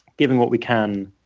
giving what we can